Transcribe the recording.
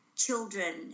children